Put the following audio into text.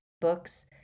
books